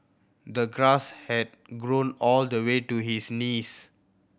the grass had grown all the way to his knees